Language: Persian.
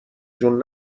جون